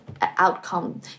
outcome